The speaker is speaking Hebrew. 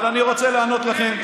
אבל אני רוצה לענות לכם.